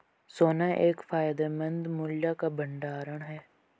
सोना एक फायदेमंद मूल्य का भंडार है